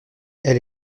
elle